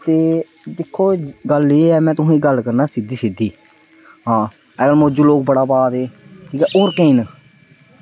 ते दिक्खो गल्ल एह् ऐ की में तुसेंगी गल्ल करना सिद्धी सिद्धी आं अज्ज मौजू लोग बड़ा पा दे ते होर केईं न